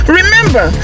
Remember